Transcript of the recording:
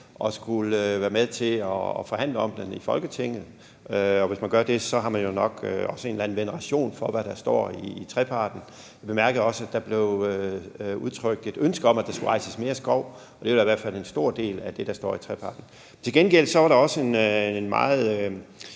at skulle være med til at forhandle om den i Folketinget. Hvis man gør det, har man jo nok også en eller anden veneration for, hvad der står i treparten. Jeg bemærkede også, at der blev udtrykt et ønske om, at der skulle rejses mere skov. Det er da i hvert fald en stor del af det, der står i treparten. Til gengæld var der også en meget